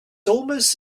almost